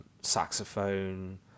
saxophone